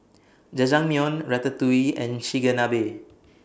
Jajangmyeon Ratatouille and Chigenabe